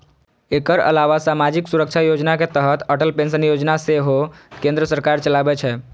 एकर अलावा सामाजिक सुरक्षा योजना के तहत अटल पेंशन योजना सेहो केंद्र सरकार चलाबै छै